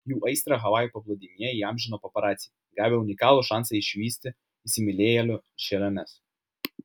jų aistrą havajų paplūdimyje įamžino paparaciai gavę unikalų šansą išvysti įsimylėjėlių šėliones